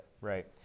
Right